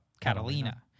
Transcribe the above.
Catalina